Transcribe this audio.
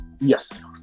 Yes